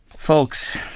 Folks